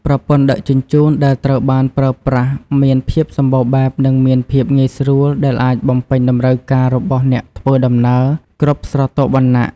ប្រព័ន្ធដឹកជញ្ជូនដែលត្រូវបានប្រើប្រាស់មានភាពសម្បូរបែបនិងមានភាពងាយស្រួលដែលអាចបំពេញតម្រូវការរបស់អ្នកធ្វើដំណើរគ្រប់ស្រទាប់វណ្ណៈ។